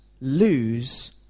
lose